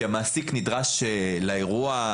כי המעסיק נדרש לאירוע,